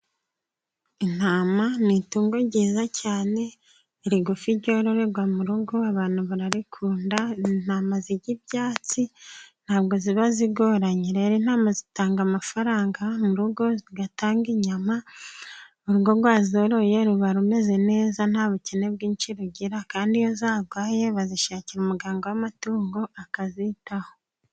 Intama ni itungo ryiza cyane rigufi ryororerwa mu rugo abantu bararikunda, intama zirya ibyatsi ntabwo ziba zigoranye. Rero intama zitanga amafaranga mu rugo, zigatanga inyama, urugo rwazoroye ruba rumeze neza nta bukene bwinshi rugira, kandi iyo zarwaye bazishakira umuganga w'amatungo akazitaho.